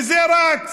וזה רץ.